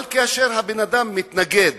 אבל כאשר אדם מתנגד